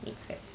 mid correct